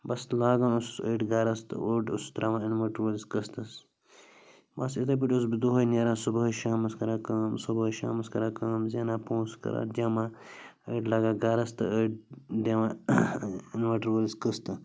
بَس لاگان اوسُس أڑۍ گَرَس تہٕ اوٚڑ اوسُس ترٛاوان اِنوٲٹَر وٲلِس قٕسطس بَس یِتھَے پٲٹھۍ اوسُس بہٕ دۄہَے نیران صُبحٲے شامَس کران کٲم صُبحٲے شامَس کران کٲم زینان پونٛسہٕ کران جَمع أڑۍ لاگان گَرَس تہٕ أڑۍ دِوان اِنوٲٹَر وٲلِس قٕسطٕ